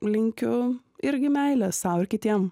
linkiu irgi meilės sau ir kitiem